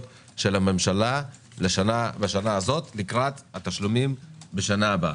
של הממשלה בשנה הזאת לקראת תשלומים בשנה הבאה.